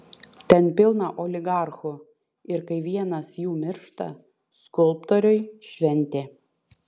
ten pilna oligarchų ir kai vienas jų miršta skulptoriui šventė